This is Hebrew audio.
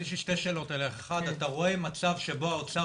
יש לי שתי שאלות אליך: אתה רוצה מצב שבו האוצר